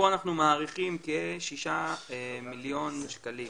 פה אנחנו מעריכים כשישה מיליון שקלים.